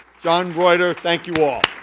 john reuter. thank you all.